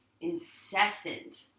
incessant